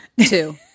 Two